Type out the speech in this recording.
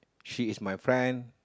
she is my friend